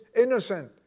innocent